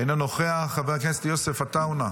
אינו נוכח, חבר הכנסת יוסף עטאונה,